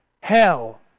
Hell